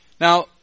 Now